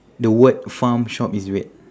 the word farm shop is red